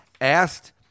asked